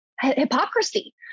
hypocrisy